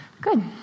good